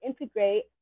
integrate